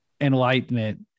enlightenment